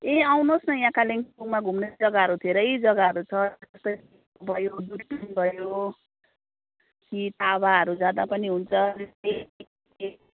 ए आउनुहोस् न यहाँ कालिम्पोङमा घुम्ने जग्गाहरू धेरै जग्गाहरू छ भयो दुर्पिन भयो कि लाभा जाँदा पनि हुन्छ